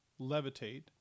levitate